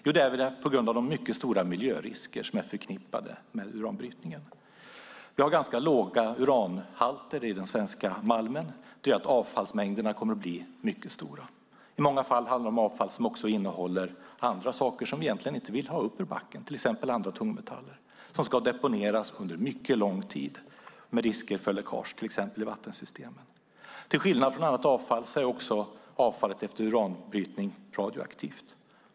Jo, på grund av de stora miljörisker som är förknippade med uranbrytning. Vi har ganska låga uranhalter i den svenska malmen. Det betyder att avfallsmängderna kommer att bli stora. I många fall handlar det dessutom om avfall som innehåller annat som vi inte vill ha upp ur backen. Det kan exempelvis vara andra tungmetaller som ska deponeras under mycket lång tid med risk för läckage, till exempel i vattensystemet. Till skillnad från annat avfall är avfallet efter uranbrytning radioaktivt.